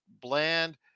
bland